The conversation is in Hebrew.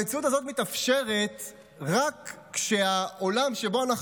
המציאות הזאת מתאפשרת רק כשהעולם שבו אנחנו